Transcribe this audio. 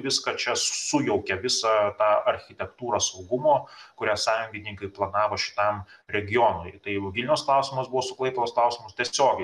viską čia sujaukia visą tą architektūrą saugumo kurią sąjungininkai planavo šitam regionui tai vilniaus klausimas buvo su klaipėdos klausimu tiesiogiai